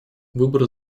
выборы